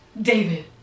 David